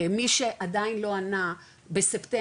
מי שעדיין לא ענה בספטמבר,